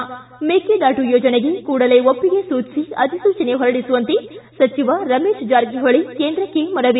ು ಮೇಕೆದಾಟು ಯೋಜನೆಗೆ ಕೂಡಲೇ ಒಪ್ಪಿಗೆ ಸೂಚಿಸಿ ಅಧಿಸೂಚನೆ ಹೊರಡಿಸುವಂತೆ ಸಚಿವ ರಮೇಶ್ ಜಾರಕಿಹೊಳಿ ಕೇಂದ್ರಕ್ಷೆ ಮನವಿ